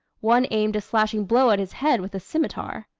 one aimed a slashing blow at his head with a scimitar.